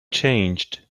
changed